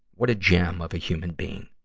what a gem of a human being.